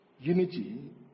unity